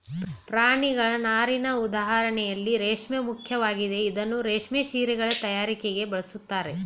ಪ್ರಾಣಿಗಳ ನಾರಿನ ಉದಾಹರಣೆಯಲ್ಲಿ ರೇಷ್ಮೆ ಮುಖ್ಯವಾಗಿದೆ ಇದನ್ನೂ ರೇಷ್ಮೆ ಸೀರೆಗಳ ತಯಾರಿಕೆಗೆ ಬಳಸ್ತಾರೆ